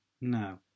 No